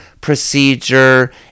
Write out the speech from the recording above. procedure